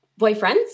boyfriends